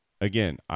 Again